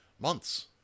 months